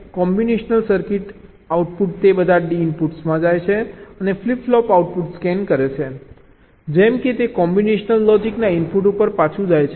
combinational circuit output તે બધા D ઇનપુટ્સમાં જાય છે અને ફ્લિપ ફ્લોપ આઉટપુટ સ્કેન કરે છે જેમ કે તે કોમ્બિનેશનલ લોજિકના ઇનપુટ ઉપર પાછું જાય છે